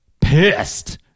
pissed